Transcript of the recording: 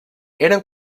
eren